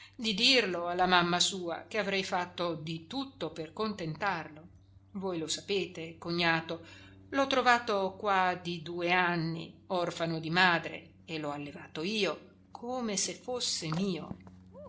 di dirlo alla mamma sua che avrei fatto di tutto per contentarlo voi lo sapete cognato l'ho trovato qua di due anni orfano di madre e l'ho allevato io come se fosse mio